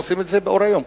הם עושים את זה לאור היום,